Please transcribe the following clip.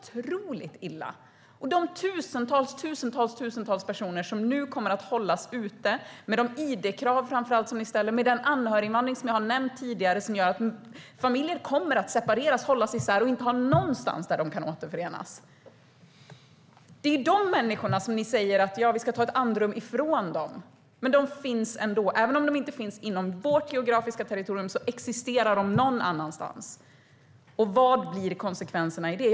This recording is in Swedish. Det är många tusentals personer som nu kommer att hållas ute - med de id-krav som ställs och med de regler för anhöriginvandring som kommer att leda till att familjer kommer att separeras, hållas isär och inte ha någonstans där de kan återförenas. Dessa människor säger ni att vi nu ska ta ett andrum ifrån, men de finns där ändå. Även om de inte finns på vårt geografiska territorium existerar de någon annanstans. Vad blir konsekvenserna av detta?